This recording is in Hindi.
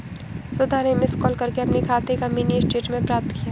सुधा ने मिस कॉल करके अपने खाते का मिनी स्टेटमेंट प्राप्त किया